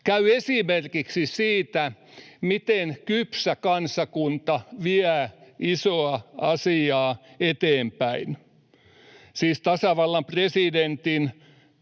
käy esimerkiksi siitä, miten kypsä kansakunta vie isoa asiaa eteenpäin, siis tasavallan presidentin,